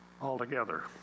altogether